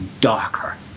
darker